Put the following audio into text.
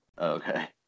Okay